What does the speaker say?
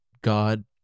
God